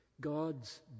God's